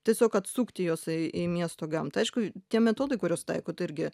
tiesiog atsukti juos į į miesto gamtą aišku tie metodai kuriuos taikot irgi